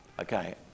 Okay